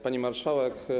Pani Marszałek!